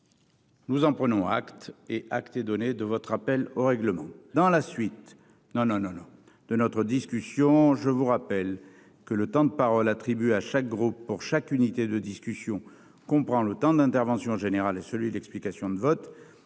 Nous en prenons acte et acte et donner de votre rappel au règlement, dans la suite non non non non de notre discussion, je vous rappelle que le temps de parole attribués à chaque groupe pour chaque unité de discussion qu'on prend le temps d'intervention général et celui d'explication de vote